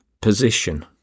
position